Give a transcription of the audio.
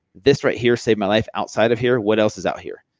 this right here saved my life outside of here, what else is out here?